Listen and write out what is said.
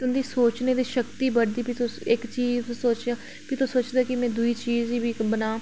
तुं'दी सोचने दी शक्ति बधदी ते भी तुस इक चीज दी सोचदे ओ ते भी तुस सोचदे ओ कि में दूई चीज बी बनांऽ